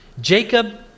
Jacob